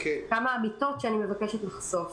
כמה אמיתות שאני מבקשת לחשוף.